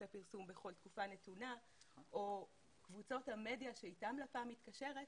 הפרסום בכל תקופה נתונה או קבוצות המדיה שאיתם לפ"מ מתקשרת,